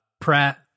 Pratt